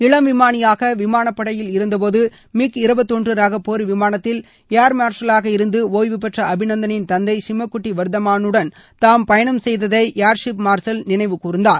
இளம் விமானியாக விமானப்படையில் இருந்தபோது மிக் இருபத்தொன்று ரக போர் விமானத்தில் ஏர் மார்ஷலாக இருந்து ஒய்வுபெற்ற அபிநந்தனின் தந்தை சிம்மக்குட்டி வர்தமானுடன் தாம் பயணம் செய்ததை ஏர் சீஃப் மார்ஷல் நினைவுகூர்ந்தார்